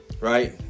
right